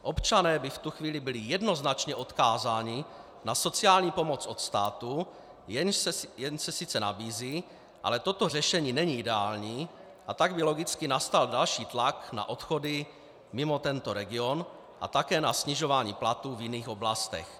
Občané by v tu chvíli byli jednoznačně odkázáni na sociální pomoc od státu, jenž se sice nabízí, ale toto řešení není ideální, a tak by logicky nastal další tlak na odchody mimo tento region a také na snižování platů v jiných oblastech.